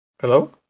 Hello